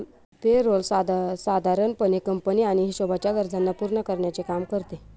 पे role साधारण पणे company आणि हिशोबाच्या गरजांना पूर्ण करण्याचे काम करते